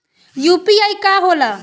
UPI का होला?